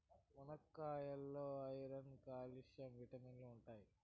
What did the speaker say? మునక్కాయాల్లో iron, calcium విటమిన్లు ఉంటాయి